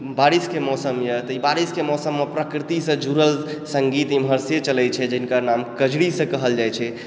बारिशके मौसम यऽ तऽ ई बारिशके मौसममे प्रकृतिसँ जुड़ल सङ्गीत एमहर से चलै छै जिनकर नाम कजरी से कहल जाइ छै